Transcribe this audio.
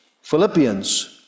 Philippians